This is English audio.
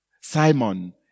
Simon